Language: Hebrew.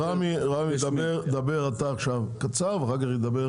רמי, דבר אתה עכשיו קצר ואחר כך ידבר